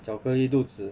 巧克力肚子